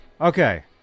Okay